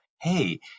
hey